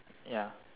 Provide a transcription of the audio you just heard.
ya